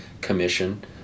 commission